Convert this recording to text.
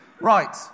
Right